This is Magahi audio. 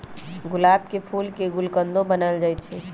गुलाब के फूल के गुलकंदो बनाएल जाई छई